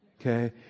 Okay